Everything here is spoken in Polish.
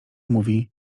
mówi